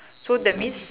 so that means